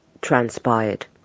transpired